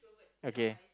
okay